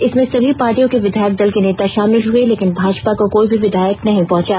इसमें संभी पार्टियों के विधायक दल के नेता शामिल हुए लेकिन भाजपा का कोई भी विधायक नहीं पहुंचा